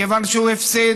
כיוון שהוא הפסיד.